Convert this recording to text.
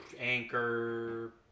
Anchor